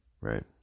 Right